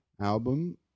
album